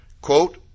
Quote